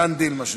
יש עוד דרך ארוכה.